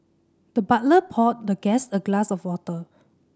the butler poured the guest a glass of water